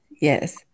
yes